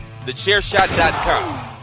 TheChairShot.com